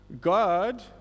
God